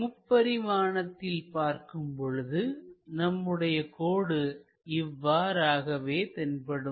முப்பரிமாணத்தில் பார்க்கும் பொழுது நம்முடைய கோடு இவ்வாறாகவே தென்படும்